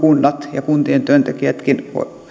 ja kuntien työntekijätkin